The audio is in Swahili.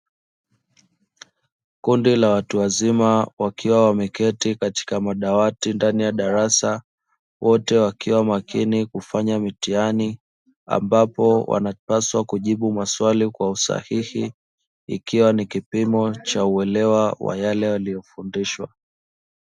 Kundi la watu wazima wakiwa wameketi katika madawati ndani ya darasa wote wakiwa makini kufanya mitihani, ambapo wanapaswa kujibu maswali kwa usahihi ikiwa ni kipimo cha uelewa wa yale waliofundishwa.